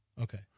Okay